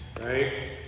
right